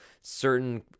certain